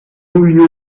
giulio